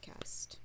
podcast